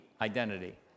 identity